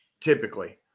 typically